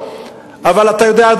אבל אתה יודע,